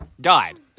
Died